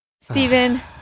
Steven